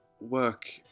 work